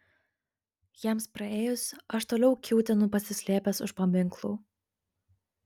jiems praėjus aš toliau kiūtinu pasislėpęs už paminklų